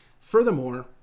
furthermore